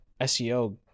SEO